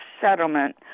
Settlement